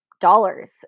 dollars